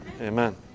Amen